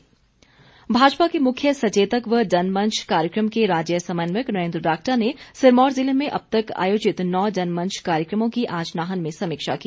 बरागटा भाजपा के मुख्य सचेतक जनमंच कार्यक्रम के राज्य समन्वयक नरेन्द्र बरागटा ने सिरमौर जिले में अब तक आयोजित नौ जनमंच कार्यक्रमों की आज नाहन में समीक्षा की